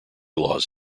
laws